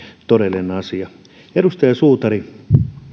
todellinen asia edustaja suutari